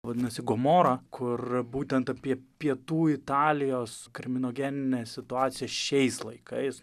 vadinasi gomora kur būtent apie pietų italijos kriminogeninę situaciją šiais laikais